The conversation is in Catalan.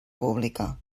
pública